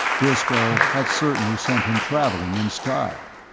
briscoe had certainly sent him traveling in style!